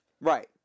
Right